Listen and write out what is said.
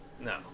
No